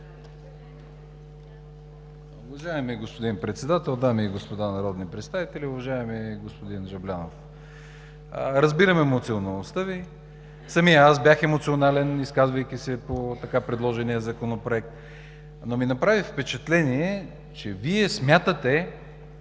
Уважаеми господин Председател, дами и господа народни представители! Уважаеми господин Жаблянов, разбирам емоционалността Ви. Самият аз бях емоционален, изказвайки се по така предложения Законопроект. Но ми направи впечатление, че Вие смятате,